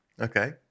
Okay